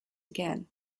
again